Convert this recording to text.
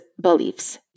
beliefs